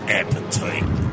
appetite